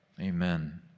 Amen